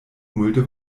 multe